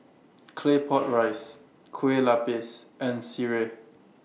Claypot Rice Kueh Lupis and Sireh